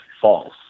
false